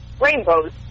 rainbows